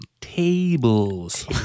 Tables